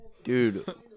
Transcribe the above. Dude